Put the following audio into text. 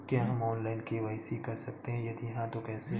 क्या हम online KYC कर सकते हैं यदि हाँ तो कैसे?